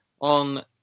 on